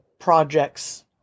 projects